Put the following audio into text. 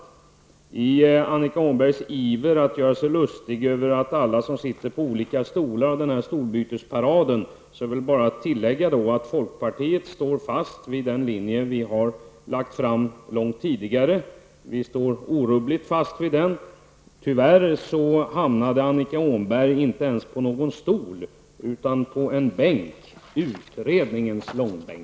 Till Annika Åhnbergs iver att göra sig lustig över alla som sitter på olika stolar och den här stolbytesparaden kan jag bara tillägga att folkpartiet står orubbligt fast vid den linje som vi har lagt fast långt tidigare. Tyvärr hamnade Annika Åhnberg inte ens på någon stol utan på en bänk, utredningens långbänk.